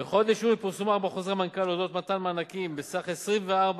15. בחודש יוני פורסמו ארבעה חוזרי מנכ"ל על אודות מתן מענקים בסך 24%